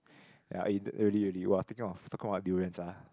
ya really really [wah] taking off talking about durians ah